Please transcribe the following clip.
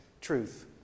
truth